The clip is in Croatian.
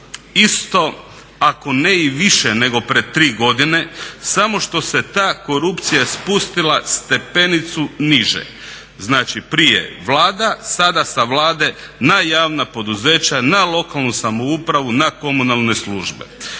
isto ako ne i više nego prije 3 godine, samo što se ta korupcija spustila stepenicu niže. Znači, prije Vlada a sada sa Vlade na javna poduzeća, na lokalnu samoupravu, na komunalne službe.